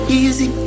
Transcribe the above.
easy